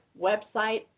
website